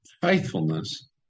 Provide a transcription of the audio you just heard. faithfulness